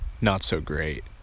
not-so-great